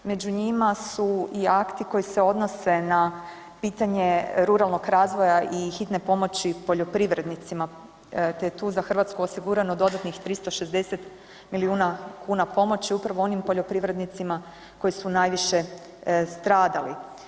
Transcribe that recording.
Među njima su i akti koji se odnose na pitanje ruralnog razvoja i hitne pomoći poljoprivrednicima te je tu za Hrvatsku osigurano dodatnih 360 milijuna kuna pomoći upravo onim poljoprivrednicima koji su najviše stradali.